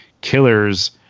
killers